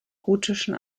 gotischen